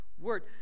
word